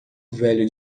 velho